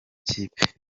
kipe